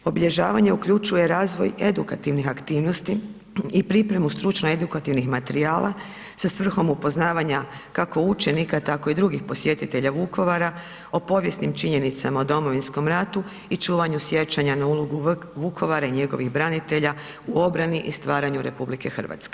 Obilježavanje uključuje razvoj edukativnih aktivnosti i pripremu stručno edukativnih materijala sa svrhom upoznavanja kako učenika tako i drugih posjetitelja Vukovara o povijesnim činjenicama o Domovinskom ratu i čuvanju sjećanja na ulogu Vukovara i njegovih branitelja u obrani i stvaranju RH.